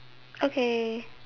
okay